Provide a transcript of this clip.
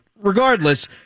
regardless